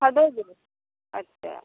हरदोई जिले से अच्छा